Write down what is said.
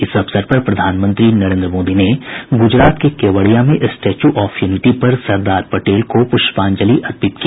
इस अवसर पर प्रधानमंत्री नरेन्द्र मोदी ने गूजरात के केवड़िया में स्टैच्यू ऑफ यूनिटी पर सरदार पटेल को पुष्पांजलि अर्पित की